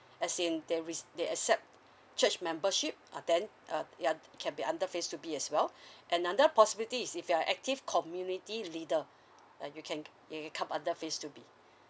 as in they rec~ they accept church membership uh then uh ya can be under phase two B as well another possibility is if you're active community leader uh you can it it come under phase two B